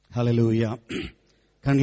Hallelujah